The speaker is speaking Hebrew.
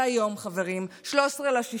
והיום, חברים, 13 במרץ,